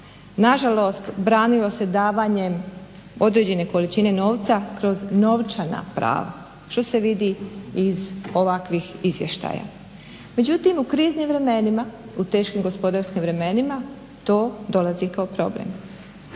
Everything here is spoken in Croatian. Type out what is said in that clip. nažalost branilo se davanjem određene količine novca, kroz novčana prava, što se vidi i iz ovakvih izvještaja. Međutim, u kriznim vremenima, u teškim gospodarskim vremenima to dolazi kao problem.